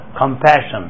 compassion